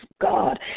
God